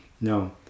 no